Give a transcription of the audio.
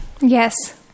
Yes